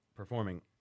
Performing